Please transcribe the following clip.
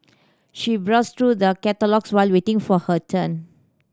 she browsed through the catalogues while waiting for her turn